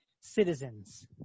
citizens